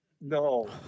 No